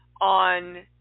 on